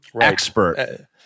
expert